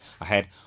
Ahead